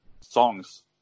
songs